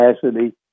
capacity